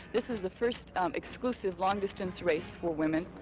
this is the first exclusive long-distance race for women.